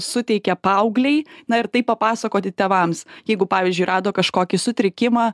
suteikia paauglei na ir tai papasakoti tėvams jeigu pavyzdžiui rado kažkokį sutrikimą